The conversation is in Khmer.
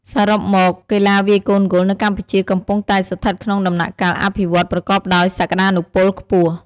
សរុបមក កីឡាវាយកូនហ្គោលនៅកម្ពុជាកំពុងតែស្ថិតក្នុងដំណាក់កាលអភិវឌ្ឍន៍ប្រកបដោយសក្ដានុពលខ្ពស់។